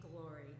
glory